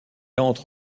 entre